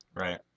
Right